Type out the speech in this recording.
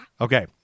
Okay